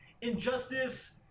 Injustice